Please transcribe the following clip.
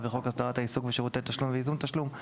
בחוק הסדרת העיסוק בשירותי תשלום וייזום תשלום,